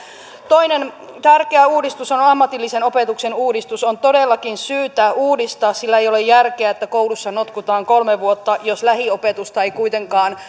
toinen tärkeä uudistus on on ammatillisen opetuksen uudistus on todellakin syytä uudistaa sillä ei ole järkeä siinä että koulussa notkutaan kolme vuotta jos lähiopetusta ei kuitenkaan